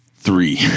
three